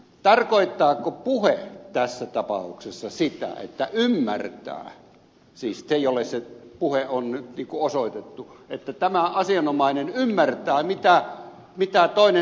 tarkoittaako puhe tässä tapauksessa sitä että tämä asianomainen jolle se puhe on osoitettu ymmärtää mitä toinen sanoo